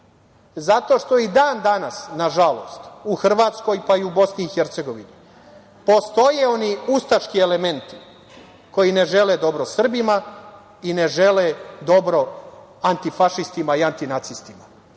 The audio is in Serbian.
zato što i dan-danas, nažalost, u Hrvatskoj, pa i u Bosni i Hercegovini postoje oni ustaški elementi koji ne žele dobro Srbima i ne žele dobro antifašistima i antinacistima. Kao